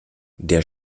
der